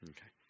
Okay